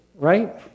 right